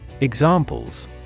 Examples